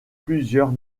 plusieurs